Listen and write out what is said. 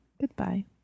Goodbye